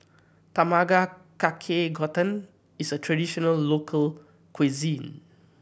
Tamago Kake gotan is a traditional local cuisine